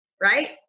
right